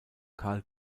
carl